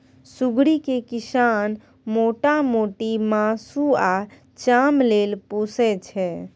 सुग्गरि केँ किसान मोटा मोटी मासु आ चाम लेल पोसय छै